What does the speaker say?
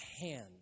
hand